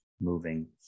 moving